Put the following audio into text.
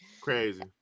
Crazy